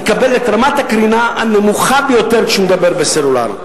יקבל את רמת הקרינה הנמוכה ביותר כשהוא מדבר בסלולרי.